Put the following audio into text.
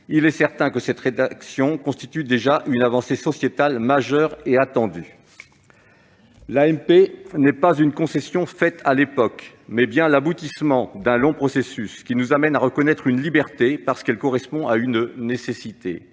il est certain que cette rédaction constitue déjà une avancée sociétale majeure et attendue. L'AMP n'est pas une concession faite à l'époque : elle est l'aboutissement d'un long processus, qui nous amène à reconnaître une liberté, parce qu'elle correspond à une nécessité.